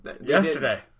yesterday